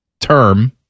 term